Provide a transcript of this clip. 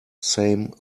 same